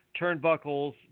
turnbuckles